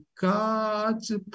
God's